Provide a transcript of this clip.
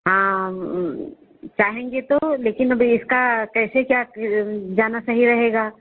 हाँ चाहेंगे तो लेकिन अब इसका कैसे क्या जाना सही रहेगा